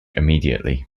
immediately